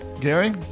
Gary